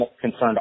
concerned